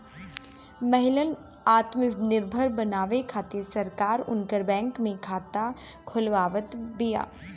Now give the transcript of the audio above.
महिलन आत्मनिर्भर बनावे खातिर सरकार उनकर बैंक में खाता खोलवावत बिया